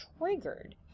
triggered